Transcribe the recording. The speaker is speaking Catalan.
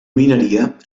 mineria